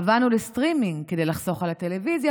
עברנו לסטרימינג כדי לחסוך על הטלוויזיה,